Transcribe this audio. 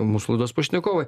mūsų laidos pašnekovai